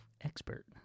expert